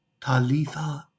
Talitha